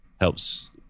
helps